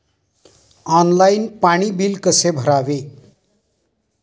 Online पाणी bill कसे भरावे?